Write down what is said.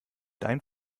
dein